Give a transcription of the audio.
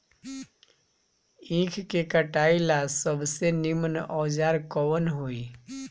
ईख के कटाई ला सबसे नीमन औजार कवन होई?